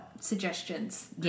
suggestions